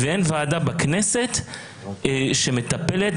ואין ועדה בכנסת שמטפלת,